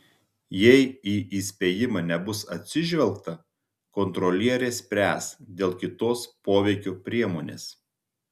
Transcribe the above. jei į įspėjimą nebus atsižvelgta kontrolierė spręs dėl kitos poveikio priemonės